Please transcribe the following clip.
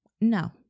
No